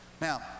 Now